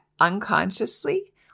unconsciously